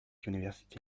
university